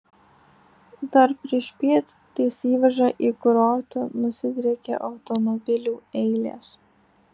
dar priešpiet ties įvaža į kurortą nusidriekė automobilių eilės